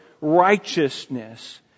righteousness